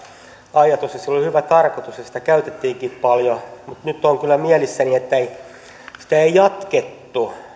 ajatus ja sillä oli hyvä tarkoitus ja sitä käytettiinkin paljon mutta nyt olen kyllä mielissäni että sitä ei jatkettu